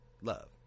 love